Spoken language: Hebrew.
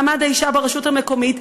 מעמד האישה ברשות המקומית,